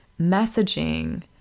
messaging